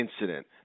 incident